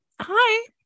hi